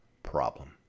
Problem